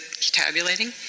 tabulating